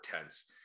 tense